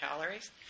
calories